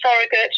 surrogate